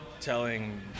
telling